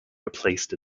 replaced